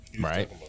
right